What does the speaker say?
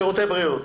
שירותי בריאות,